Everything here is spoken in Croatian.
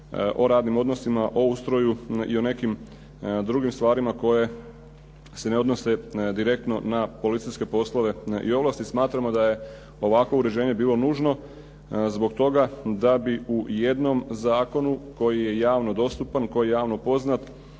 o radnim odnosima, o ustroju i o nekim drugim stvarima koje se ne odnose direktno na policijske poslove i ovlasti. Smatramo da je ovakvo uređenje bilo nužno zbog toga da bi u jednom zakonu koji je javno dostupan, koji je javno poznat